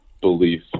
belief